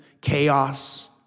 chaos